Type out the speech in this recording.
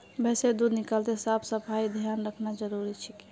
भैंसेर दूध निकलाते साफ सफाईर ध्यान रखना जरूरी छिके